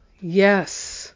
yes